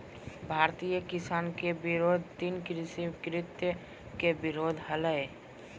भारतीय किसान के विरोध तीन कृषि कृत्य के विरोध हलय